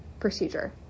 Procedure